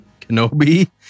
Kenobi